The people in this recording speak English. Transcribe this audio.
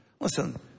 Listen